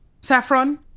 Saffron